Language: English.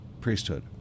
priesthood